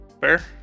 Fair